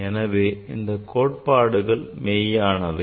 எனவே இந்தக் கோட்பாடுகள் மெய்யானவை